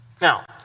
Now